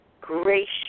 gracious